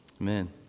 amen